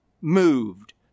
moved